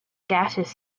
gaseous